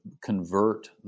convert